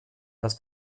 das